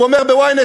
הוא אומר ב-ynet,